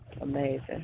Amazing